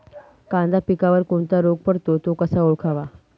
कांदा पिकावर कोणता रोग पडतो? तो कसा ओळखावा?